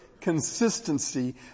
consistency